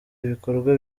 ibikorwa